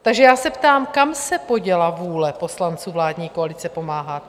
Takže se ptám, kam se poděla vůle poslanců vládní koalice pomáhat?